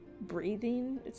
breathing